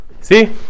see